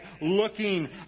looking